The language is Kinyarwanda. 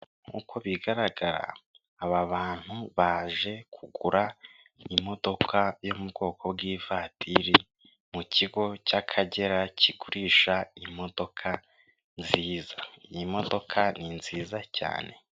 Nkuko bigaragara aba bantu baje kugura imodoka yo mu bwoko bw'ivatiri mu kigo cy'akagera kigurisha imodoka nziza, iyi modoka ni nziza cyane.